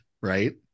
right